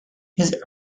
his